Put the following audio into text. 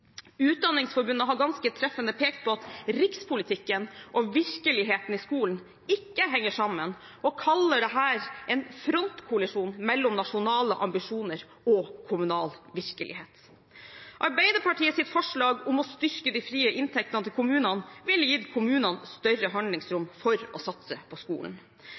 Utdanningsforbundet har ganske treffende pekt på at rikspolitikken og virkeligheten i skolen ikke henger sammen, og kaller dette en frontkollisjon mellom nasjonale ambisjoner og kommunal virkelighet. Arbeiderpartiets forslag om å styrke de frie inntektene til kommunene ville gitt kommunene større handlingsrom for å satse på skolen.